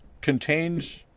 contains